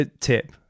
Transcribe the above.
tip